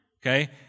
okay